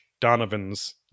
Donovan's